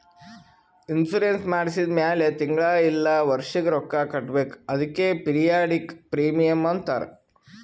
insurance ಮಾಡ್ಸಿದ ಮ್ಯಾಲ್ ತಿಂಗಳಾ ಇಲ್ಲ ವರ್ಷಿಗ ರೊಕ್ಕಾ ಕಟ್ಬೇಕ್ ಅದ್ಕೆ ಪಿರಿಯಾಡಿಕ್ ಪ್ರೀಮಿಯಂ ಅಂತಾರ್